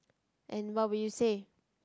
and what would you say